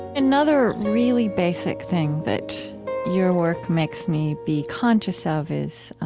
another really basic thing that your work makes me be conscious of is